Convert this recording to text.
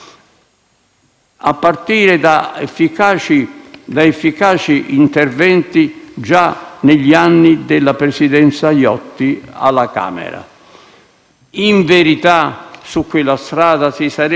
In verità, su quella strada si sarebbe potuti andare più avanti, se non fossero ad esempio rimasti sempre nel cassetto progetti di riforma dei Regolamenti parlamentari.